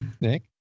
Nick